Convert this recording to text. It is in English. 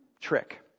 trick